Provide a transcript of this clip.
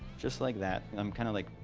just like that. and i'm kind of, like,